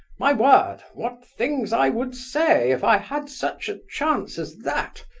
my word, what things i would say if i had such a chance as that!